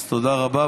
אז תודה רבה,